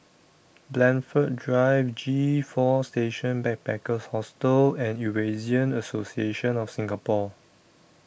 Blandford Drive G four Station Backpackers Hostel and Eurasian Association of Singapore